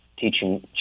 teaching